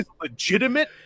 legitimate